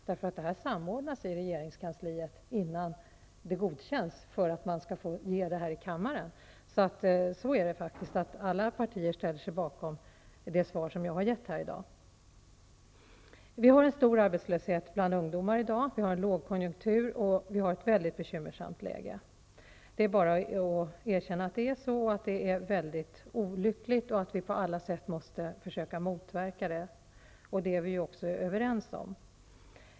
Det sker en samordning i regeringskansliet, innan svaret godkänns för att få avlämnas i kammaren. Det svar som jag har avgivit i dag står allså alla partierna bakom. Vi har en stor arbetslöshet bland ungdomar i dag, vi har en lågkonjunktur och vi har ett mycket bekymmersamt läge. Det är bara att erkänna att förhållandena är sådana. Det är mycket olyckligt, och vi måste på alla sätt försöka klara situationen, vilket vi också är överens om.